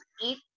eat